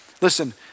Listen